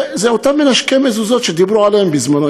וזה אותם מנשקי מזוזות שדיברו עליהם בזמנו,